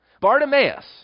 Bartimaeus